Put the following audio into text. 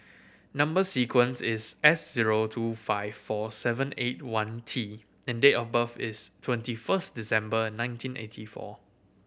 number sequence is S zero two five four seven eight one T and date of birth is twenty first December nineteen eighty four